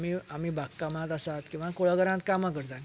आमी आमी बाग कामांत आसा किंवा कुळाघरांत कामां करतात